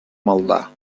maldà